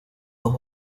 los